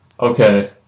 okay